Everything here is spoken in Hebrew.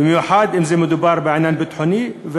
במיוחד כשמדובר על עניין ביטחוני,